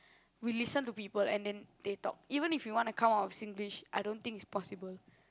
we listen to people and then they talk even if you want to come up with Singlish I don't think it's possible